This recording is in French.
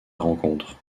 rencontre